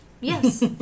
Yes